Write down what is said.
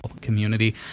community